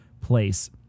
place